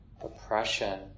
oppression